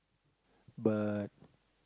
but